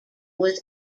was